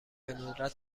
ندرت